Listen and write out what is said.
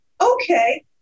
Okay